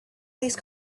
these